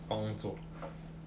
工作